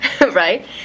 right